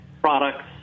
products